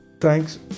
thanks